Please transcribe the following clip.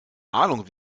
ahnung